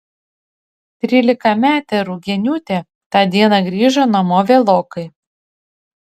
trylikametė rugieniūtė tą dieną grįžo namo vėlokai